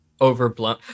overblown